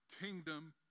kingdom